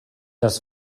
das